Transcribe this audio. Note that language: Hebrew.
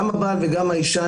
האנשים האלה,